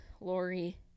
Lori